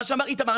מה שאמר איתמר,